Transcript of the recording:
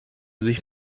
sich